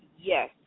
yes